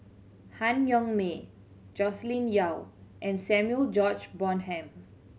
Han Yong May Joscelin Yeo and Samuel George Bonham